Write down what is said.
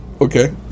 okay